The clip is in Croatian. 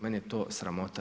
Meni je to sramota.